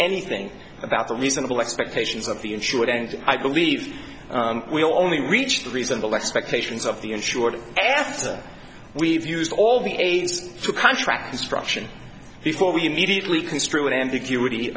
anything about the reasonable expectations of the insured and i believe we only reached reasonable expectations of the insured after we've used all the aids to contract destruction before we immediately construe it a